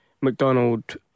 McDonald